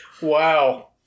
Wow